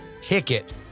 ticket